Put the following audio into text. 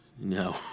no